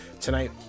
tonight